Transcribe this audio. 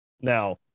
now